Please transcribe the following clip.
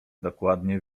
dokładnie